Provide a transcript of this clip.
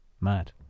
mad